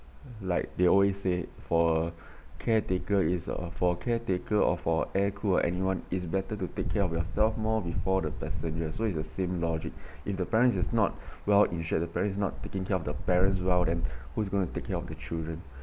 like they always said for care taker is uh for caretaker or for air crew or anyone is better to take care of yourself more before the passengers so it's the same logic if the parents is not well insured the parents is not taking care of the parents well then who's going to take care of the children